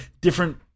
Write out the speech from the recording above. different